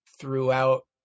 throughout